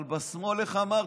אבל בשמאל, איך אמרתי?